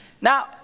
Now